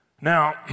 Now